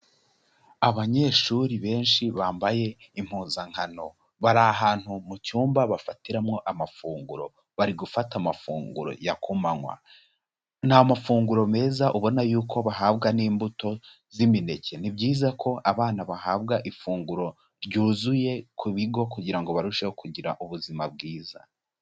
Abanyeshuri benshi bambaye impuzankano, bari ahantu mu cyumba bafatiramo amafunguro bari gufata amafunguro ya ku manywa, ni amafunguro meza ubona yuko bahabwa n'imbuto z'imineke, ni byiza ko abana bahabwa ifunguro ryuzuye ku bigo kugira ngo barusheho kugira ubuzima bwiza.